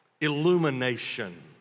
Illumination